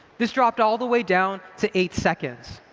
this dropped all the way down to eight seconds.